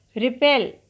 repel